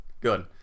Good